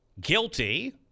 guilty